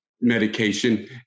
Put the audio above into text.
medication